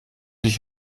dich